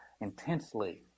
intensely